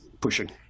pushing